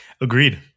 Agreed